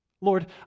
Lord